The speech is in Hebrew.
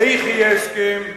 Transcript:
איך יהיה הסכם?